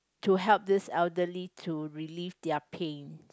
to help these elderly to relieve their pain